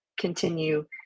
continue